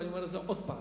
ואני אומר את זה עוד פעם,